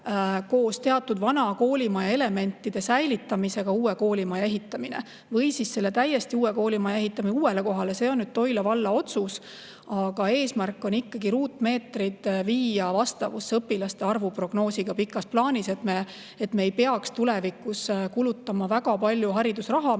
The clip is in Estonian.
koos teatud vana koolimaja elementide säilitamisega uue koolimaja ehitamine või siis täiesti uue koolimaja ehitamine uuele kohale. See on Toila valla otsus. Aga eesmärk on ikkagi viia ruutmeetrid vastavusse õpilaste arvu prognoosiga pikas plaanis, et me ei peaks tulevikus kulutama väga palju raha,